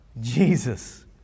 Jesus